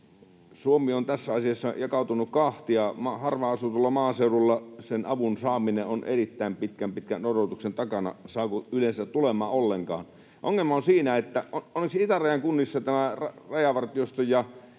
Suomi on tässä asiassa jakautunut kahtia: harvaan asutulla maaseudulla sen avun saaminen on erittäin pitkän, pitkän odotuksen takana — saako yleensä tulemaan ollenkaan. Onneksi itärajan kunnissa tämä Rajavartioston ja